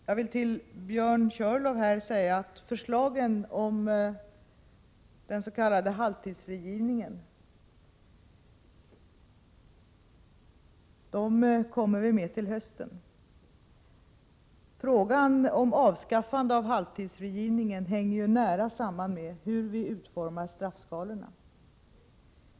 Jag vill till Björn Körlof här säga att vi till hösten kommer med förslag om dens.k. halvtidsfrigivningen. Frågan om avskaffande av halvtidsfrigivningen hänger ju nära samman med hur vi utformar straffskalorna.